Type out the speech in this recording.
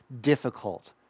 difficult